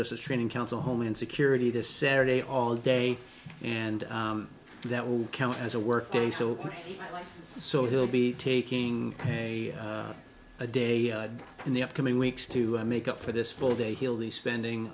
just as training council homeland security this saturday all day and that will count as a work day so so he'll be taking a a day in the upcoming weeks to make up for this full day he'll be spending